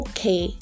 Okay